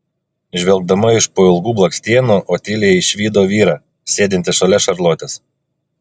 žvelgdama iš po ilgų blakstienų otilija išvydo vyrą sėdintį šalia šarlotės